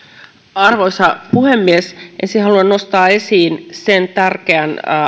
arvoisa puhemies ensin haluan nostaa esiin sen tärkeän